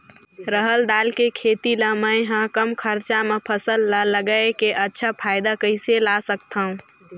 रहर दाल के खेती ला मै ह कम खरचा मा फसल ला लगई के अच्छा फायदा कइसे ला सकथव?